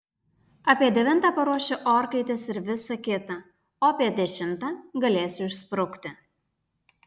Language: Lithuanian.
apie devintą paruošiu orkaites ir visa kita o apie dešimtą galėsiu išsprukti